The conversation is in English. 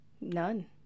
None